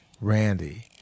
Randy